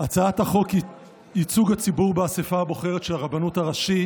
הצעת חוק ייצוג הציבור באספה הבוחרת של הרבנות הראשית